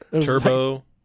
Turbo